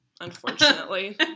unfortunately